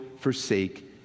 forsake